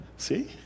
See